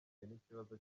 n’ikibazo